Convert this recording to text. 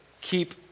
keep